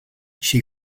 she